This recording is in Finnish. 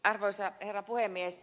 arvoisa herra puhemies